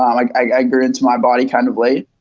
um like i grew into my body kind of late.